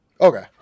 Okay